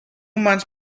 months